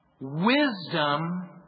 Wisdom